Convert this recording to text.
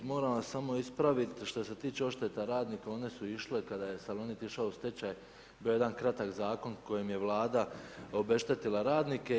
Moram vas samo ispraviti, što se tiče odšteta radnicima, onda su išle kada je Salonit išao u stečaj, bio je jedan kratak zakon kojim je Vlada obeštetila radnike.